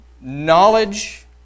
knowledge